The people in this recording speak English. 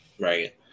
right